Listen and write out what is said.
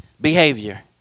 behavior